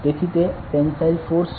તેથી તે tensile force છે